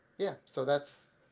yeah so that's